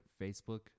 Facebook